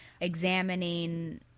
examining